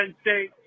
State